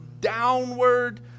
downward